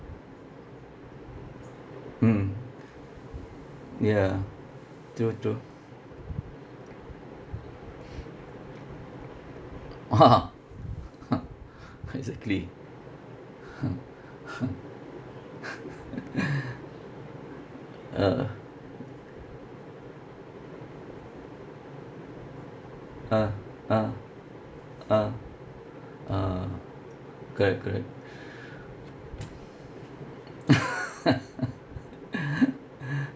mm ya true true exactly ah ah ah ah ah correct correct